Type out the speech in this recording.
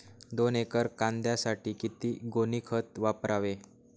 दोन एकर कांद्यासाठी किती गोणी खत वापरावे?